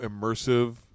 immersive